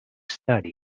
study